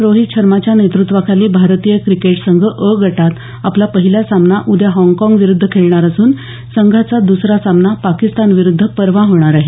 रोहित शर्माच्या नेतृत्त्वाखाली भारतीय क्रिकेट संघ अ गटात आपला पहिला सामना उद्या हाँगकाँगविरुद्ध खेळणार असून संघाचा दुसरा सामना पाकिस्तानविरुद्ध परवा होणार आहे